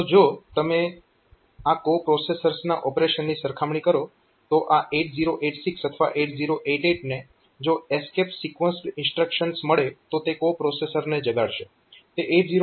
તો જો તમે આ કો પ્રોસેસર્સના ઓપરેશનની સરખામણી કરો તો આ 8086 અથવા 8088 ને જો એસ્કેપ સિક્વન્સ્ડ ઇન્સ્ટ્રક્શન્સ મળે તો તે કો પ્રોસેસરને જગાડશે